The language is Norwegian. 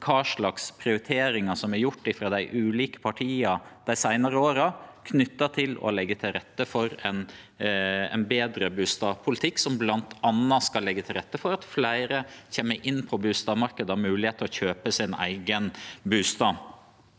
slags prioriteringar som er gjorde frå dei ulike partia i dei seinare åra knytt til å leggje til rette for ein betre bustadpolitikk, som bl.a. skal leggje til rette for at fleire kjem inn på bustadmarknaden og har moglegheit til å kjøpe sin eigen bustad.